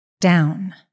down